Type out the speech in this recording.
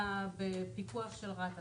אלא בפיקוח של רת"א,